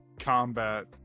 combat